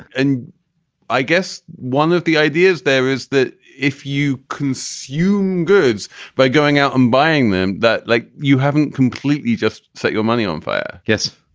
and i guess one of the ideas there is that if you consume goods by going out and buying them, that like you haven't completely just set your money on fire yes.